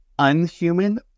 Unhuman